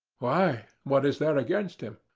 why, what is there against him?